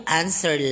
answer